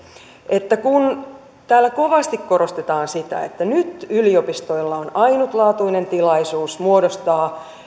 että kun täällä kovasti korostetaan sitä että nyt yliopistoilla on ainutlaatuinen tilaisuus muodostaa